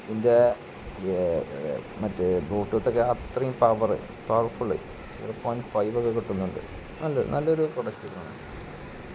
ഇതിന്റെ മറ്റേ ബ്ലൂട്ടൂത്തൊക്കെ അത്രയും പവർഫുള് ഒരു പോയിൻറ്റ് ഫൈവൊക്കെ കിട്ടുന്നുണ്ട് നല്ല നല്ലൊരു പ്രോഡക്റ്റ് ആണ്